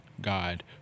God